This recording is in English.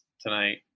tonight